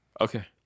Okay